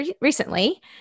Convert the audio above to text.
recently